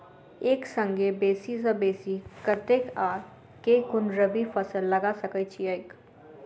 एक संगे बेसी सऽ बेसी कतेक आ केँ कुन रबी फसल लगा सकै छियैक?